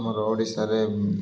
ଆମର ଓଡ଼ିଶାରେ